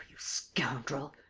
scoundrel!